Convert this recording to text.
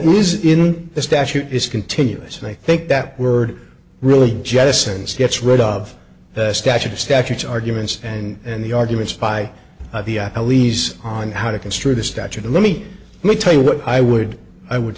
least in the statute is continuous and i think that word really jettisons gets rid of the statute statutes arguments and the arguments by the police on how to construe the statute and let me tell you what i would i would